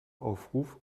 aufruf